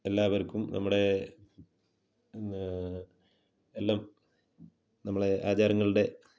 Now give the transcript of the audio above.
എല്ലാവർക്കും നമ്മുടെ പിന്നെ എല്ലാം നമ്മളുടെ ആചാരങ്ങളുടെ